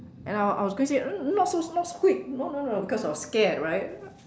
and I I was going say not so not so quick no no no because I was scared right